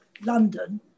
London